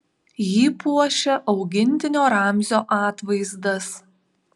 jį puošia augintinio ramzio atvaizdas